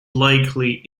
likely